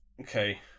Okay